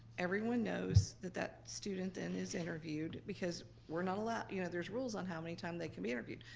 everyone knows that that student then is interviewed, because we're not allowed, you know, there's rules on how many times they can be interviewed.